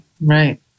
Right